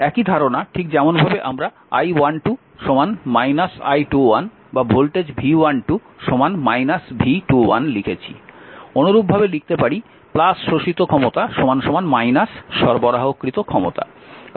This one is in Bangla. একই ধারণা ঠিক যেমন ভাবে আমরা I12 I21 বা ভোল্টেজ V12 V21 লিখেছি অনুরূপভাবে লিখতে পারি " শোষিত ক্ষমতা সরবরাহকৃত ক্ষমতা"